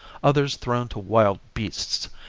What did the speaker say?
others thrown to wild beasts,